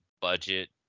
budget